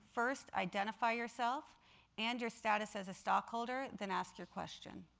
first identify yourself and your status as a stockholder, then ask your question.